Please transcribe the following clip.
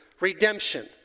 redemption